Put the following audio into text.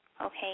okay